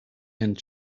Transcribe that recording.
and